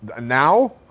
Now